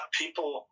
people